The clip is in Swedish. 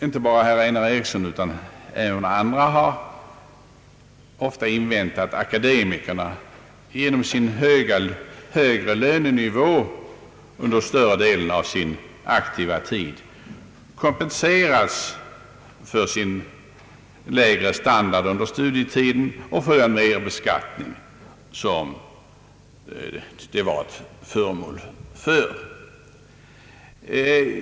Inte bara herr Einar Eriksson utan även andra har ofta hävdat att akademikerna genom sin högre lönenivå under större delen av sin aktiva tid kompenseras för sin lägre standard under studietiden och för den merbeskattning som de blir föremål för.